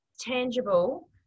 tangible